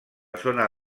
zona